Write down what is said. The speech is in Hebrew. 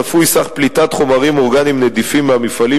צפוי סך פליטת החומרים האורגניים הנדיפים מהמפעלים